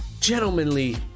gentlemanly